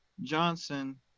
Johnson